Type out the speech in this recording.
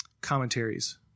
commentaries